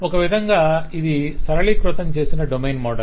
ఒక విధంగా ఇది సరళీకృతం చేసిన డొమైన్ మోడల్